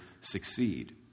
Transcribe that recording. succeed